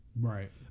Right